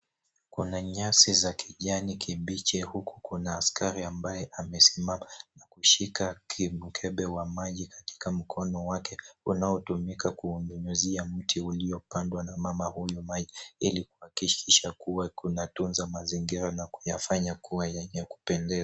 Kuna nyasi za kijani kibichi huku kuna askari ambaye amesimama na kushika kimkebe wa maji katika mkono wake unaotumika kuunyunyizia mti uliopandwa na mama huyu maji ili kuhakikisha kuwa kunatunza mazingira na kuyafanya kuwa yenye kupendeza.